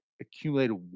Accumulated